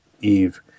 Eve